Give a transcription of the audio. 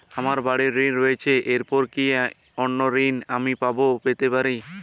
আমার বাড়ীর ঋণ রয়েছে এরপর কি অন্য ঋণ আমি পেতে পারি?